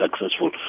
successful